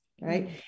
right